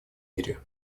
мире